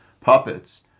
puppets